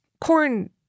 corn